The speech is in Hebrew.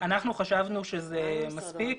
אנחנו חשבנו שזה מספיק.